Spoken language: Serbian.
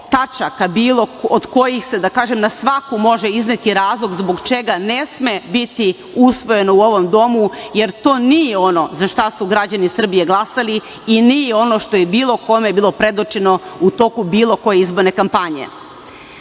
tačaka bilo od kojih se da kažem na svaku može izneti razlog zbog čega ne sme biti usvojen u ovom domu jer to nije ono zašta su građani Srbije glasali i nije ono što je bilo kome predočeno u toku bilo koje izborne kampanje. Dalje,